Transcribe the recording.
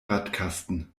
radkasten